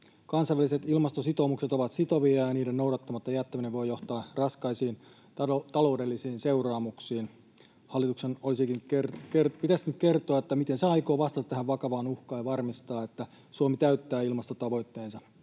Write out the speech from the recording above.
Kansainväliset ilmastositoumukset ovat sitovia, ja niiden noudattamatta jättäminen voi johtaa raskaisiin taloudellisiin seuraamuksiin. Hallituksen pitäisikin kertoa, miten se aikoo vastata tähän vakavaan uhkaan ja varmistaa, että Suomi täyttää ilmastotavoitteensa.